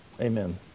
amen